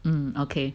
mm okay